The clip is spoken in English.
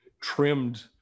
trimmed